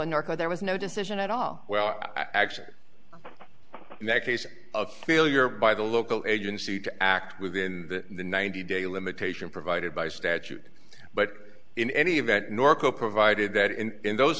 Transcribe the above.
norco there was no decision at all well i actually in that case of failure by the local agency to act within the ninety day limitation provided by statute but in any event norco provided that in in those